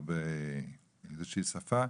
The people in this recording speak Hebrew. או באיזושהי שפה,